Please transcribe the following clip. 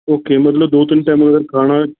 okay ਮਤਲਬ ਦੋ ਤਿੰਨ ਟੈਮ ਦਾ ਖਾਣਾ